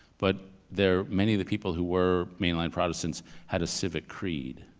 but their, many of the people who were mainline protestants had a civic creed.